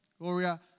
Gloria